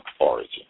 origin